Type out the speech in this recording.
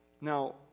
Now